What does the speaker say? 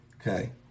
okay